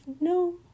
no